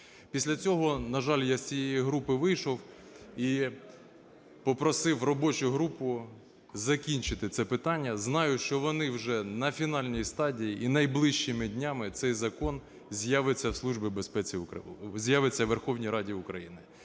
Після цього, на жаль, я з цієї групи вийшов і попросив робочу групу закінчити це питання. Знаю, що вони вже на фінальній стадії і найближчими днями цей закон з'явиться у Верховній Раді України.